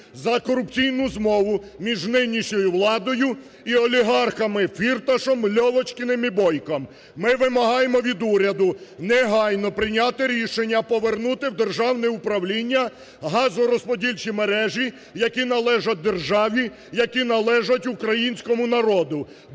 за корупційну змову між нинішньою владою і олігархами Фірташем, Льовочкіним і Бойком. Ми вимагаємо від уряду негайно прийняти рішення повернути в державне управління газорозподільчі мережі, які належать державі, які належать українському народу.